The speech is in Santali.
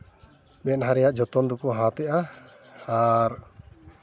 ᱢᱮᱸᱫᱦᱟ ᱨᱮᱭᱟᱜ ᱡᱚᱛᱚᱱ ᱫᱚᱠᱚ ᱦᱟᱛᱟᱣᱮᱫᱟ ᱟᱨ